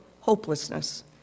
hopelessness